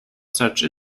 such